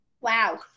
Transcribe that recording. Wow